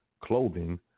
clothing